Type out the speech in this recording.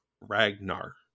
Ragnar